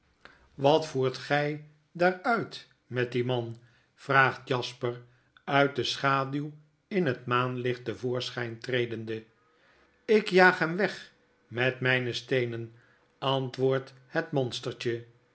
wat voert gij daar uit met dien man vraagt jasper uit de schaduw in het maanlicht te voorschyn tredende ik jaag hem weg met myne steenen antwoordt het monstertje